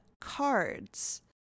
cards